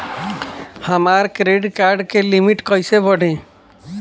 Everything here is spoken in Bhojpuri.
हमार क्रेडिट कार्ड के लिमिट कइसे बढ़ी?